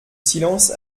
silence